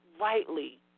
rightly